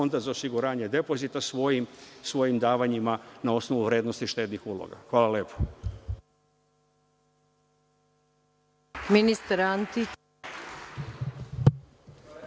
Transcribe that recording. Fonda za osiguranje depozita svojim davanjima na osnovu vrednosti štednih uloga. Hvala lepo.